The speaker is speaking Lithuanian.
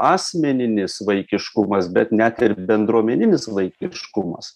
asmeninis vaikiškumas bet net ir bendruomeninis vaikiškumas